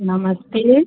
नमस्ते